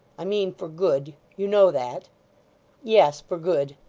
i mean, for good? you know that yes, for good.